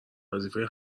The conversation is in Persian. وظیفه